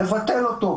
לבטל אותו,